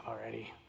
already